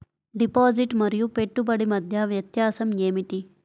Deposit మరియు పెట్టుబడి మధ్య వ్యత్యాసం ఏమిటీ?